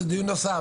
זה כבר דיון נוסף.